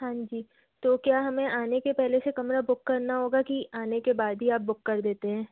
हाँ जी तो क्या हमें आने के पहले से कमरा बुक करना होगा कि आने के बाद ही आप बुक कर देते हैं